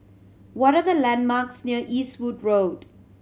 what are the landmarks near Eastwood Road